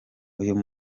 uyu